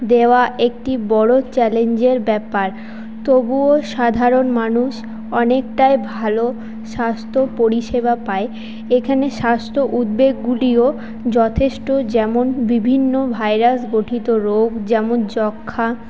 দেওয়া একটি বড়ো চ্যালেঞ্জের ব্যাপার তবুও সাধারণ মানুষ অনেকটাই ভালো স্বাস্থ্য পরিষেবা পায় এখানে স্বাস্থ্য উদ্বেগগুলিও যথেষ্ট যেমন বিভিন্ন ভাইরাস গঠিত রোগ যেমন যক্ষা